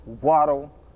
Waddle